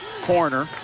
corner